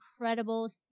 incredible